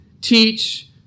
teach